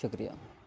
شکریہ